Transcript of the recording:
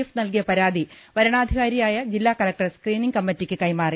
F നൽകിയ പരാതി വര ണാധികാരിയായ ജില്ലാ കലക്ടർ സ്ക്രീനിങ് കമ്മറ്റിക്ക് കൈമാ റി